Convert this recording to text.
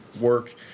work